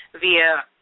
via